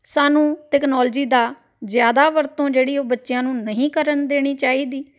ਸਾਨੂੰ ਤਕਨਾਲੋਜੀ ਦਾ ਜ਼ਿਆਦਾ ਵਰਤੋਂ ਜਿਹੜੀ ਉਹ ਬੱਚਿਆਂ ਨੂੰ ਨਹੀਂ ਕਰਨ ਦੇਣੀ ਚਾਹੀਦੀ